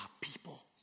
people